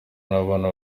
n’abana